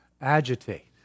agitate